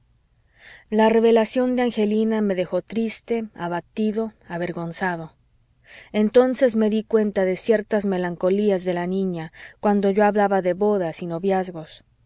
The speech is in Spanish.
la revelación de angelina me dejó triste abatido avergonzado entonces me dí cuenta de ciertas melancolías de la niña cuando yo hablaba de bodas y noviazgos